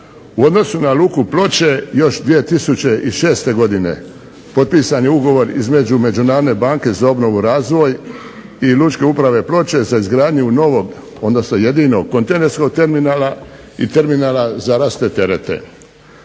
U odnosu na luku Ploče još 2006. godine potpisan je Ugovor između Međunarodne banke za obnovu i razvoj i Lučke uprave Ploče za izgradnju novog, odnosno jedinog kontejnerskog terminala i terminala za rasute terete.